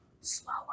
slower